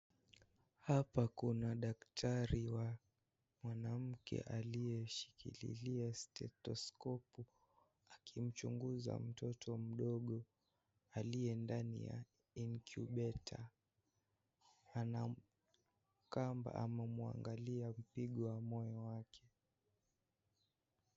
Hapa kuna daktari mwanamke aliyeshikilia stethoscopu akimchunguza mtoto mdogo aliye ndani ya incubator Anamkagua ama anamwangalia mpigo wa moyo wake.